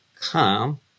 come